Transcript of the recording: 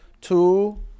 two